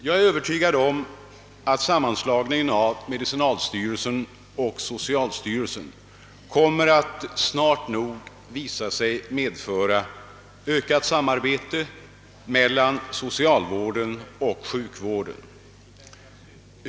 Jag är övertygad om att sammanstlagningen av medicinalstyrelsen och social styrelsen snart nog kommer att visa sig medföra ökat samarbete mellan socialvården och sjukvården.